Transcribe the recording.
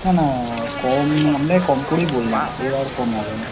না না কম আপনাকে কম করেই বললাম এ আর কম হবে না